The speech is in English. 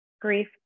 grief